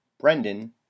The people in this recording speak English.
brendan